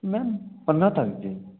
ma'am पंद्रहं तारीख़ जी